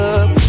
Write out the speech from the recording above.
up